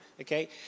Okay